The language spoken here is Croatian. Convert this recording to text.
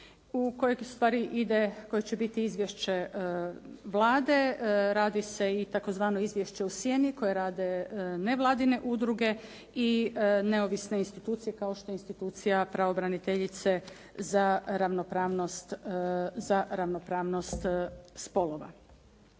u kojeg ustvari ide, koje će biti izvješće Vlade, radi se i tzv. izvješće u sjeni koji rade nevladine udruge i neovisne institucije kao što je institucija pravobraniteljice za ravnopravnost spolova.